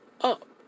up